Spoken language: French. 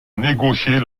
négocier